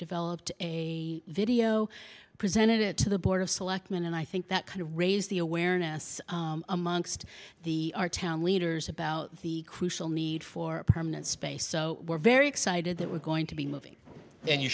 developed a video oh presented it to the board of selectmen and i think that kind of raised the awareness amongst the town leaders about the crucial need for a permanent space so we're very excited that we're going to be moving and you